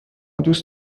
دوست